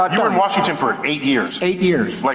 but you were in washington for eight years. eight years. like